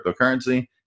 cryptocurrency